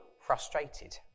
frustrated